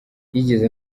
yigeze